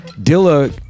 Dilla